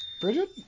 Bridget